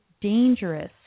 dangerous